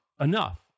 enough